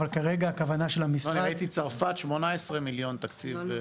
אבל כרגע הכוונה של המשרד --- אני ראיתי צרפת 18 מיליון תקציב.